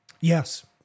Yes